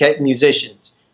musicians